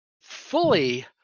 fully